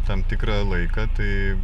tam tikrą laiką tai